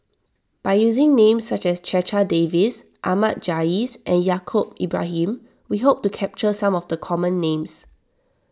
by using names such as Checha Davies Ahmad Jais and Yaacob Ibrahim we hope to capture some of the common names